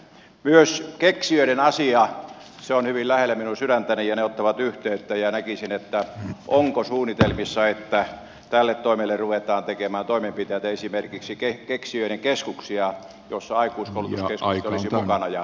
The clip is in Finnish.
myös keksijöiden asia on hyvin lähellä minun sydäntäni ja he ottavat yhteyttä ja miettisin onko suunnitelmissa että tälle toimelle ruvetaan tekemään toimenpiteitä esimerkiksi keksijöiden keskuksia joissa aikuiskoulutuskeskuksia olisi mukana ja noin poispäin